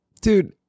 dude